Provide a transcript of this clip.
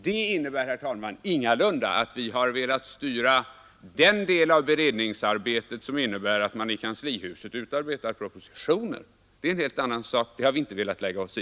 Det innebär, herr talman, ingalunda att vi har velat styra den del av beredningsarbetet som innebär att propositionen utarbetas i kanslihuset. Det är en helt annan sak, som vi inte har velat lägga oss i.